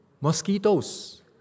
mosquitoes